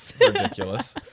Ridiculous